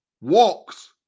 walks